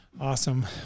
awesome